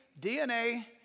DNA